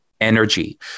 Energy